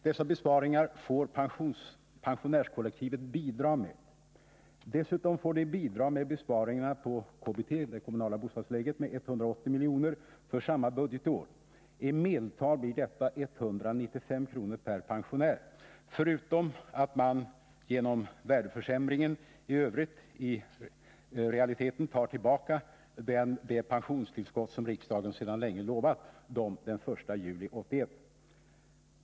Dessa besparingar får pensionärskollektivet bidra med. Dessutom får de bidra med besparingarna på de kommunala bostadstilläggen, KBT, med 180 miljoner för samma budgetår. I medeltal blir det 195 kr. per pensionär, förutom att man genom värdeförsämringen i övrigt i realiteten tar tillbaka det pensionstillskott som riksdagen sedan länge lovat pensionärerna den 1 juli 1981.